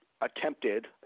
attempted